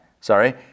sorry